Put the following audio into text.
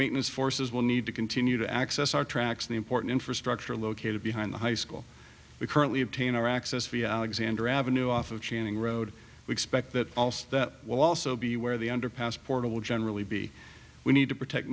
maintenance forces will need to continue to access our tracks the important infrastructure located behind the high school we currently have taken our access via alexander avenue off of channing road we expect that that will also be where the underpass portal will generally be we need to protect